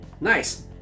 Nice